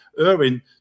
Irwin